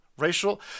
Racial